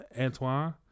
Antoine